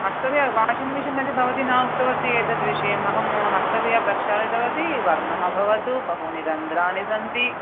हस्ततया washing machine भवति न उक्तवती एतद्विषयम् अहम् हस्ततया प्रक्षालितवती वर्णम् अभवत् बहूनि रन्ध्रानि सन्ति